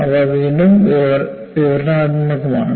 ഇവ വീണ്ടും വിവരണാത്മകമാണ്